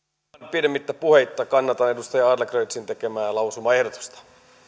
pidemmittä puheitta kannatan edustaja adlercreutzin tekemää lausumaehdotusta